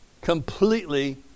completely